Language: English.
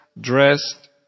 dressed